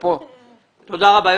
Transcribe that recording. תודה רבה.